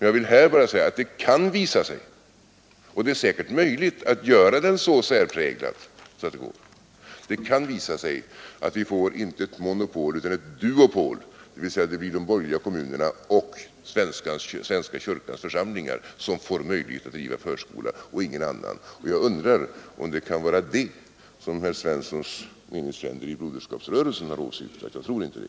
Jag vill här bara säga att det säkerligen kan visa sig möjligt att göra verksamheten så särpräglad som krävs för detta, och då kan vi få inte ett monopol utan ett duopol, dvs. att det blir de borgerliga kommunerna och svenska kyrkans församlingar som får möjlighet att driva förskola och ingen annan. Jag undrar om det verkligen kan vara detta som herr Svenssons meningsfränder i Broderskapsrörelsen har åsyftat. Jag tror inte det.